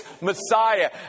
Messiah